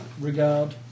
regard